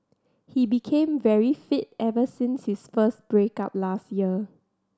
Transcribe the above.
he became very fit ever since his first break up last year